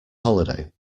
holiday